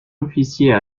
officier